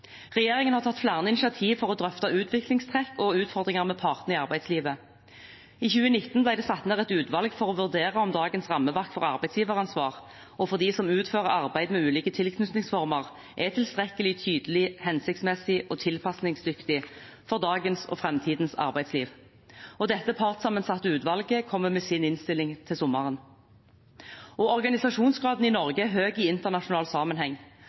Regjeringen har tatt flere initiativ til å drøfte utviklingstrekk og utfordringer med partene i arbeidslivet. I 2019 ble det satt ned et utvalg for å vurdere om dagens rammeverk for arbeidsgiveransvar og for dem som utfører arbeid med ulike tilknytningsformer, er tilstrekkelig tydelig, hensiktsmessig og tilpasningsdyktig for dagens og framtidens arbeidsliv. Dette partssammensatte utvalget kommer med sin innstilling til sommeren. Organisasjonsgraden i Norge er høy i internasjonal sammenheng.